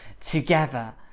together